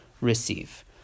receive